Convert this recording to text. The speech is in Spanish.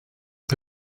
que